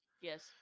Yes